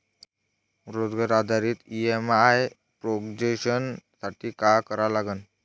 रोजगार आधारित EMI projection साठी का करा लागन?